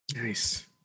nice